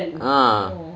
ah